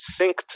synced